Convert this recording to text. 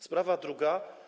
Sprawa druga.